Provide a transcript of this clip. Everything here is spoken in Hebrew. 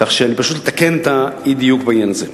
כך שאני פשוט מתקן את האי-דיוק בעניין הזה.